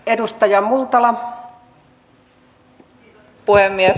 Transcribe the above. arvoisa rouva puhemies